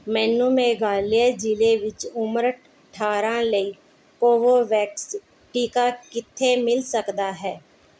ਮੈਨੂੰ ਮੇਘਾਲਿਆ ਜ਼ਿਲ੍ਹੇ ਵਿੱਚ ਉਮਰ ਅਠਾਰਾਂ ਲਈ ਕੋਵੋਵੈਕਸ ਟੀਕਾ ਕਿੱਥੇ ਮਿਲ ਸਕਦਾ ਹੈ